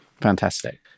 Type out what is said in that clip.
Fantastic